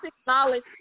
acknowledge